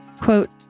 Quote